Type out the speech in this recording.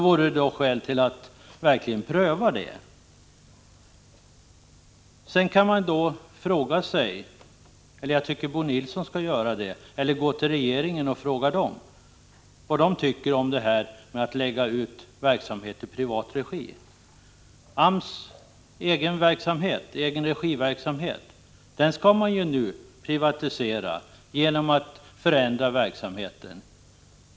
I så fall vore det skäl att pröva det. Bo Nilsson borde fråga regeringen vad den tycker om att man lägger ut verksamhet i privat regi. AMS egenregiverksamhet skall man nu privatisera genom att förändra verksamheten.